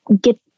get